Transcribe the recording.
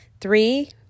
Three